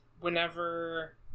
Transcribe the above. Whenever